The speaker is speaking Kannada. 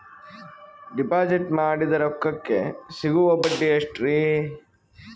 ಡಿಪಾಜಿಟ್ ಮಾಡಿದ ರೊಕ್ಕಕೆ ಸಿಗುವ ಬಡ್ಡಿ ಎಷ್ಟ್ರೀ?